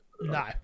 No